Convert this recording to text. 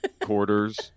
quarters